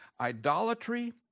idolatry